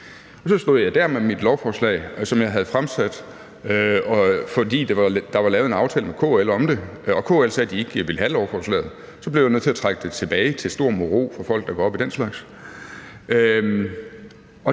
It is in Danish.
så stod jeg der med mit lovforslag, som jeg havde fremsat, fordi der var lavet en aftale med KL om det, og KL sagde, at de ikke ville have lovforslaget, og jeg blev så nødt til at trække det tilbage til stor moro for folk, der går op i den slags.